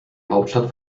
hauptstadt